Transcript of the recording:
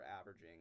averaging